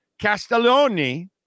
Castelloni